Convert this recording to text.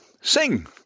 Sing